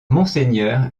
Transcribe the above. monseigneur